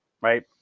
Right